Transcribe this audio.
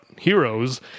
heroes